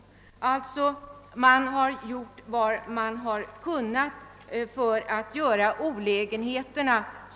Man har alltså gjort vad man har kunnat för att minska olägenheterna.